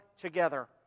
together